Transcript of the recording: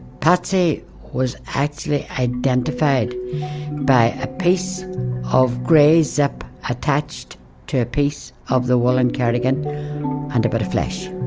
patsy was actually identified by a piece of gray zip attached to a piece of the woolen cardigan and a bit of flesh